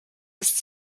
ist